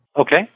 Okay